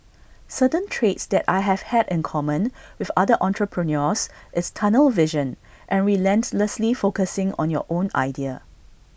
certain traits that I have had in common with other entrepreneurs is tunnel vision and relentlessly focusing on your own idea